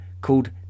called